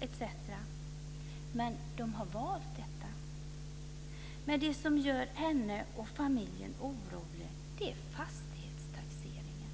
etc. Men de har valt detta. Men det som gör henne och familjen orolig är fastighetstaxeringen.